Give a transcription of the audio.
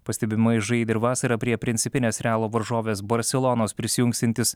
pastebimai žaidėme vasarą prie principinės realo varžovės barselonos prisijungsiantis